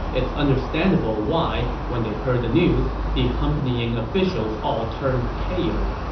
it's understandable why, when they heard the news, the accompanying officials all turned pale.